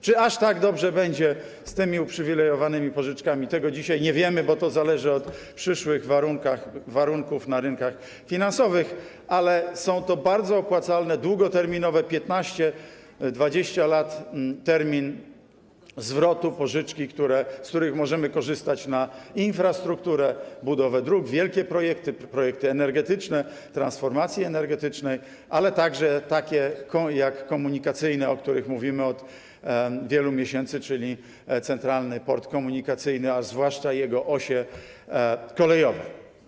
Czy aż tak dobrze będzie z tymi uprzywilejowanymi pożyczkami, tego dzisiaj nie wiemy, bo to zależy od przyszłych warunków na rynkach finansowych, ale są to bardzo opłacalne, długoterminowe - termin zwrotu to 15, 20 lat - pożyczki, z których możemy korzystać na infrastrukturę, budowę dróg, wielkie projekty, projekty energetyczne, transformacje energetyczne, a także projekty komunikacyjne, o których mówimy od wielu miesięcy, czyli na Centralny Port Komunikacyjny, a zwłaszcza jego osie kolejowe.